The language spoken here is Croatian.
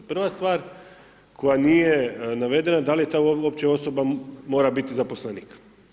Prva stvar koja nije navedena da li ta uopće osoba mora biti zaposlenik.